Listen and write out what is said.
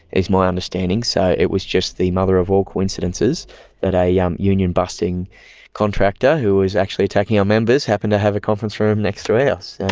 is my understanding. so it was just the mother of all coincidences that a um union busting contractor who was actually attacking our members happened to have a conference room next to ours.